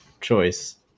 choice